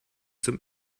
zum